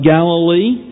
Galilee